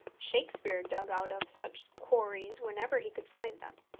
shakespeare dug out of such quarries wherever he could find them.